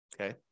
Okay